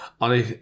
On